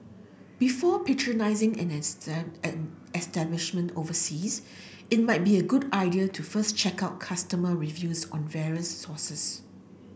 before patronising an establishment overseas it might be a good idea to first check out customer reviews on various sources